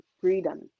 freedom